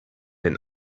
den